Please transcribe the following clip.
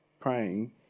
praying